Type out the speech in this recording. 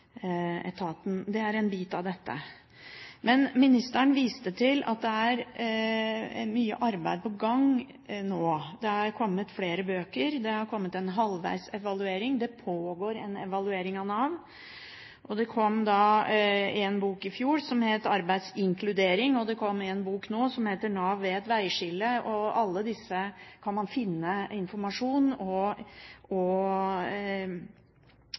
etaten. Det er en bit av dette. Men ministeren viste til at det er mye arbeid på gang nå. Det har kommet flere bøker. Det har kommet en halvveis evaluering. Det pågår en evaluering av Nav. Det kom en bok i fjor som heter «Arbeidsinkludering», og det kom en bok nå som heter «NAV ved et veiskille», og i begge disse kan man finne informasjon og